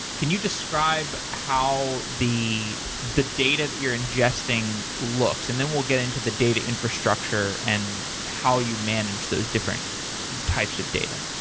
can you describe how the the data that you're ingesting looks, and then we'll get into the data infrastructure and how you manage those different types of data.